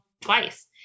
twice